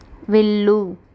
వెళ్ళు